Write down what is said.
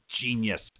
genius